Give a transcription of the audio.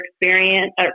experience